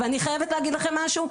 ואני חייבת להגיד לכם משהו,